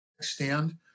stand